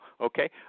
Okay